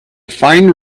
fine